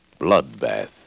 Bloodbath